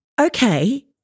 okay